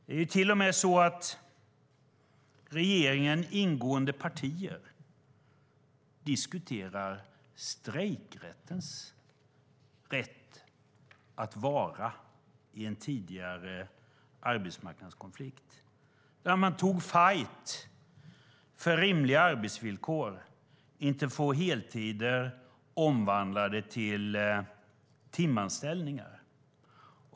Det är till och med så att i regeringen ingående partier har diskuterat strejkrättens rätt att vara i en tidigare arbetsmarknadskonflikt där man tog fajt för rimliga arbetsvillkor och för att inte få heltider omvandlade till timanställningar.